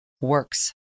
works